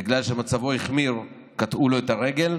בגלל שמצבו החמיר, קטעו לו את הרגל,